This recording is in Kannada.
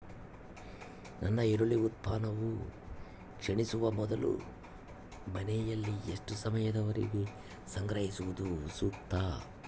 ನನ್ನ ಈರುಳ್ಳಿ ಉತ್ಪನ್ನವು ಕ್ಷೇಣಿಸುವ ಮೊದಲು ಮನೆಯಲ್ಲಿ ಎಷ್ಟು ಸಮಯದವರೆಗೆ ಸಂಗ್ರಹಿಸುವುದು ಸೂಕ್ತ?